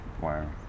Wow